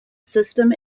system